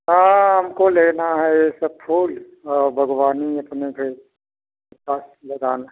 हाँ हमको लेना है यह सब फूल बागवानी अपने घर साथ लगाना